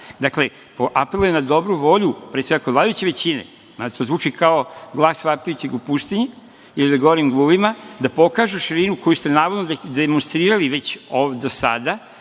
Dakle, apelujem na dobru volju pre svega kod vladajuće većine. To zvuči kao glas vapajućeg u pustinji ili da govorim gluvima, da pokažu širinu koju ste navodno demonstrirali već ovde do sada,